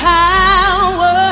power